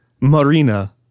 Marina